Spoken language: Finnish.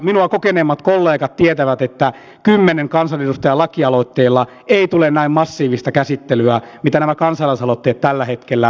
minua kokeneemmat kollegat tietävät että kymmenen kansanedustajan lakialoitteella ei tule näin massiivista käsittelyä mitä nämä kansalaisaloitteet tällä hetkellä saavat